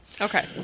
Okay